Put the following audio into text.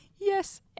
Yes